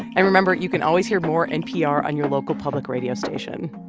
and remember. you can always hear more npr on your local public radio station.